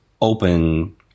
open